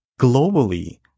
Globally